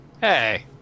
Hey